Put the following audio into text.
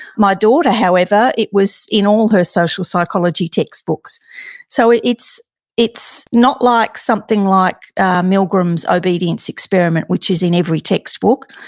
my daughter, however, it was in all her social psychology textbooks so it's it's not like something like milgram's obedience experiment, which is in every textbook.